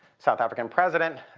south african president,